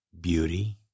beauty